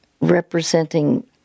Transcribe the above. representing